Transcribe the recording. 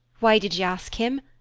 why did you ask him?